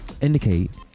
indicate